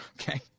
Okay